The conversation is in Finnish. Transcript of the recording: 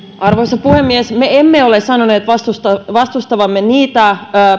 arvoisa puhemies me emme ole sanoneet vastustavamme niitä